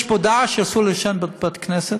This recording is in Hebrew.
בגור יש מודעה שאסור לעשן בבית-כנסת.